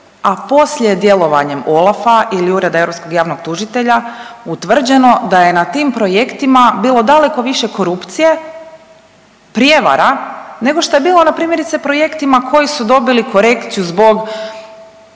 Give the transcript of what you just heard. a poslije je djelovanjem OLAF-a ili Ureda europskog javnog tužitelja utvrđeno da je na tim projektima bilo daleko više korupcije, prijevara, nego što je bilo, na, primjerice, projektima koji su dobili korekciju zbog